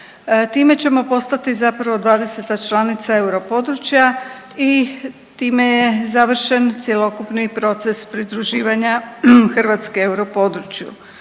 Time ćemo postati zapravo dvadeseta članica europodručja i time je završen cjelokupni proces pridruživanja Hrvatske europodručju.